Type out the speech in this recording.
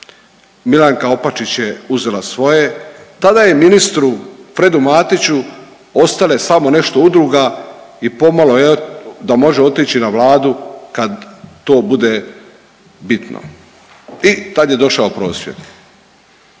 Milanka Opačić je uzela svoje. Tada je ministru Fredu Matiću ostalo samo nešto udruga i pomalo da može otići na Vladu kada to bude bitno i tada je došao prosvjed.